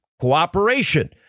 cooperation